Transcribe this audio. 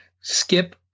skip